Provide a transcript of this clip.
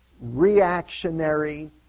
reactionary